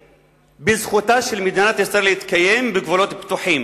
בזכותה של מדינת ישראל להתקיים בגבולות בטוחים.